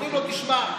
אומרים לו: תשמע,